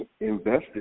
invested